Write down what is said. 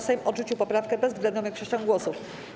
Sejm odrzucił poprawkę bezwzględną większością głosów.